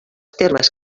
termes